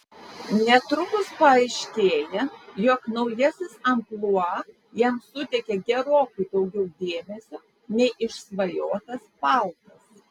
netrukus paaiškėja jog naujasis amplua jam suteikia gerokai daugiau dėmesio nei išsvajotas paltas